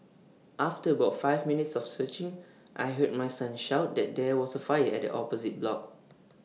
after about five minutes of searching I heard my son shout that there was A fire at the opposite block